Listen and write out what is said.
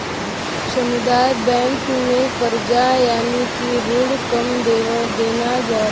सामुदायिक बैंक में करजा यानि की रिण कम देना होला